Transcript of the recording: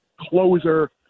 closer